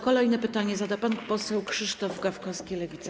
Kolejne pytanie zada pan poseł Krzysztof Gawkowski, Lewica.